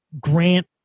Grant